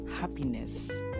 happiness